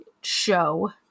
show